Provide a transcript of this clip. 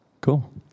Cool